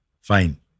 fine